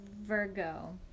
virgo